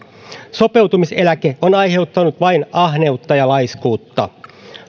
sopeutumiseläke on aiheuttanut vain ahneutta ja laiskuutta